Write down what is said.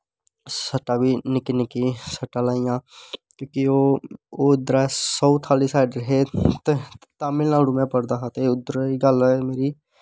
सट्टां बी निकियां निक्कियां सट्टां लाइयां कि ओह् उध्दरा साऊथ आह्ली साईड दे हे तामिल नाडू में पढ़दा हा ते उंत्थें गल्ल होई मेरी